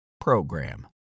program